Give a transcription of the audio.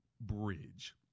bridge